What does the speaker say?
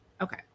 okay